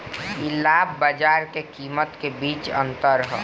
इ लाभ बाजार के कीमत के बीच के अंतर ह